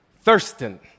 Thurston